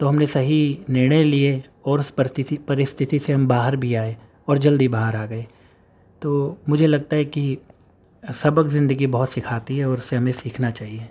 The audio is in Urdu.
تو ہم نے صحیح نرنے لیے اور اس پرستتھی سے ہم باہر بھی آئے اور جلدہی باہر آ گیے تو مجھے لگتا ہے کہ سبق زندگی بہت سکھاتی ہے اور اس سے ہمیں سیکھنا چاہیے